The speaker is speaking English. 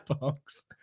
box